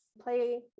play